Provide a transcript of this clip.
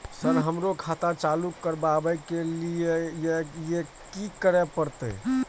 Sir हमरो खाता चालू करबाबे के ली ये की करें परते?